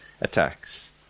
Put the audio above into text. attacks